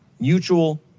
Mutual